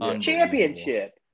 championship